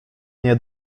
nie